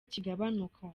kigabanuka